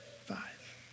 five